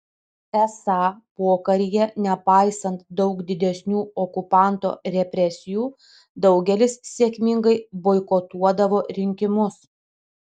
esą pokaryje nepaisant daug didesnių okupanto represijų daugelis sėkmingai boikotuodavo rinkimus